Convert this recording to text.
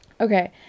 Okay